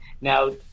Now